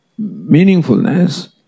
meaningfulness